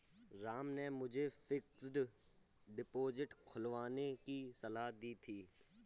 राम ने मुझे fixed deposit खुलवाने की सलाह दी थी